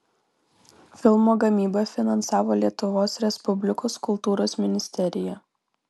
filmo gamybą finansavo lietuvos respublikos kultūros ministerija